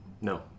No